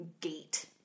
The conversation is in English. gate